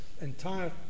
entire